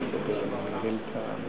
תן להם ליהנות מהרגעים האלה, שלא חוזרים.